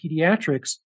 pediatrics